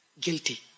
guilty